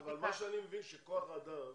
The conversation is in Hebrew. אבל מה שאני מבין שכוח אדם,